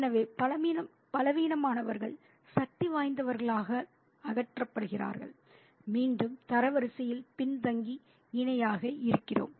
எனவே பலவீனமானவர்கள் சக்திவாய்ந்தவர்களால் அகற்றப்படுகிறார்கள் மீண்டும் தரவரிசையில் பின்தங்கி இணையாக இருக்கிறோம்